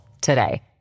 today